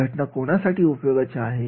ही घटना कोणासाठी उपयोगाचे आहे